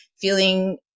feeling